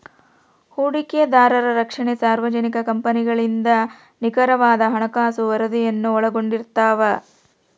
ಹೂಡಿಕೆದಾರರ ರಕ್ಷಣೆ ಸಾರ್ವಜನಿಕ ಕಂಪನಿಗಳಿಂದ ನಿಖರವಾದ ಹಣಕಾಸು ವರದಿಯನ್ನು ಒಳಗೊಂಡಿರ್ತವ